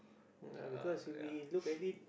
right because we look at it